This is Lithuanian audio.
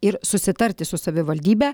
ir susitarti su savivaldybe